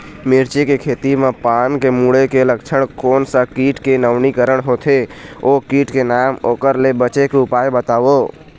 मिर्ची के खेती मा पान के मुड़े के लक्षण कोन सा कीट के नवीनीकरण होथे ओ कीट के नाम ओकर ले बचे के उपाय बताओ?